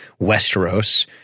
Westeros